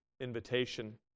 invitation